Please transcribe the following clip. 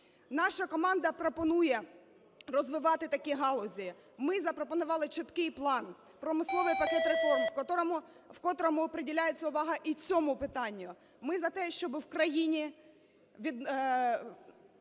Наша команда пропонує розвивати такі галузі, ми запропонували чіткий план: промисловий пакет реформ, в котрому приділяється увага і цьому питанню. Ми за те, щоб у країні… щоб